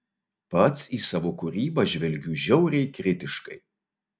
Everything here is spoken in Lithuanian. pats į savo kūrybą žvelgiu žiauriai kritiškai